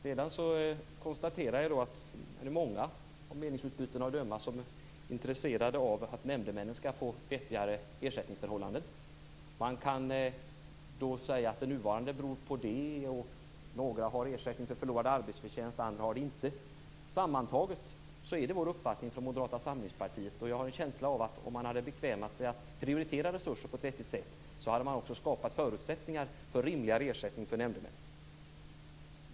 Sedan konstaterar jag att många, av meningsutbyten att döma, är intresserade av att nämndemännen skall få vettigare ersättningsförhållanden. Man kan säga att det nuvarande beror på det eller det, några har ersättning för förlorad arbetsförtjänst, andra har det inte. Sammantaget är det vår uppfattning från Moderata samlingspartiet att om man hade bekvämat sig att prioritera resurserna på ett vettigt sätt hade man också skapat förutsättningar för rimligare ersättning för nämndemän.